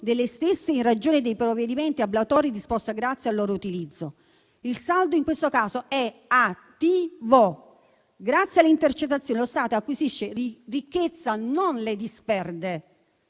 delle stesse in ragione dei provvedimenti ablatori disposti grazie al loro utilizzo. Il saldo, in questo caso, è attivo. Grazie alle intercettazioni, lo Stato acquisisce ricchezza, non la disperde.